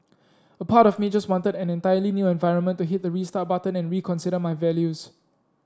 a part of me just wanted an entirely new environment to hit the restart button and reconsider my values